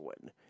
win